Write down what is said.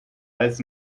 alles